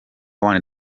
one